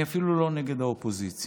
אני אפילו לא נגד האופוזיציה,